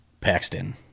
Paxton